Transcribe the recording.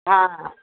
ਹਾਂ